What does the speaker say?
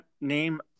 name